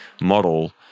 model